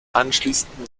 anschließend